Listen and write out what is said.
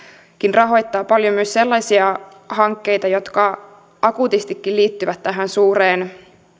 rahoittaa paljon myös sellaisia hankkeita jotka akuutistikin liittyvät tähän suureen